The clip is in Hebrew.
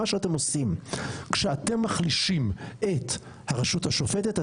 מה שאתם עושים כשאתם מחלישים את הרשות השופטת,